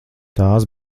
tās